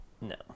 No